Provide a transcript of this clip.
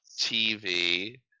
TV